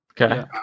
Okay